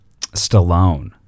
Stallone